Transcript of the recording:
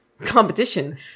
competition